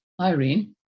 Irene